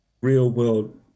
real-world